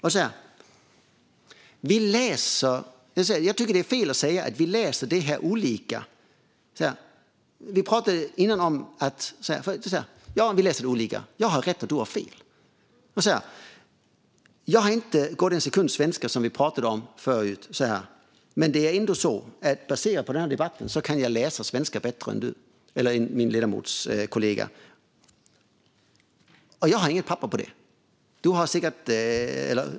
Jag tycker att det är fel att säga att vi läser propositionen olika och att den ene har rätt och den andre har fel. Jag har inte gått en sekund på svenska, som vi pratade om förut, men det är inte så att jag, baserat på denna debatt, kan läsa svenska bättre än min ledamotskollega. Jag har inget papper på det.